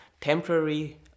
temporary